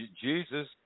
Jesus